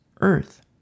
earth